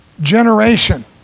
generation